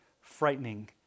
frightening